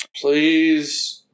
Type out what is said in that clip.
Please